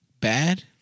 bad